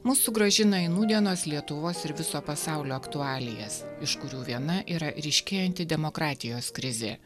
mus sugrąžina į nūdienos lietuvos ir viso pasaulio aktualijas iš kurių viena yra ryškėjanti demokratijos krizė